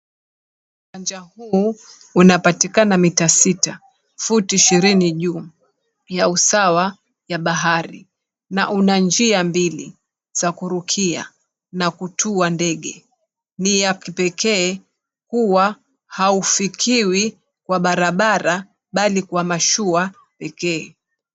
Uwanja huu unapatikana mita sita, futi ishirini juu ya usawa ya bahari na una njia mbili za kurukia na kutua ndege. Ni ya kipekee kuwa haufikiwi kwa barabara bali kwa mashua pekee.